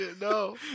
no